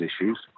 issues